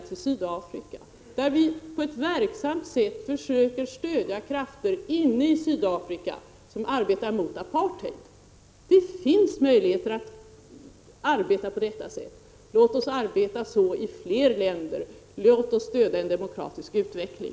Vi försöker där på ett verksamt sätt stödja krafter inne i Sydafrika som arbetar mot apartheid. Det finns möjligheter att verka på detta sätt. Låt oss arbeta så i fler länder! Låt oss stödja en demokratisk utveckling!